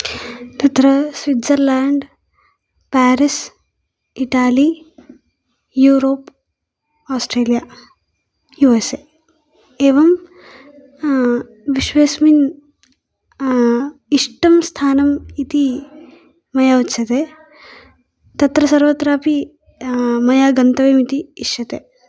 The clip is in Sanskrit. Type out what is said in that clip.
तत्र Switzerland Paris Italy Europe Australia U S A एवं विश्वेस्मिन् इष्टं स्थानम् इति मया उच्यते तत्र सर्वत्रापि मया गन्तव्यम् इति इष्यते